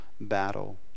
battle